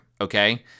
okay